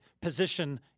position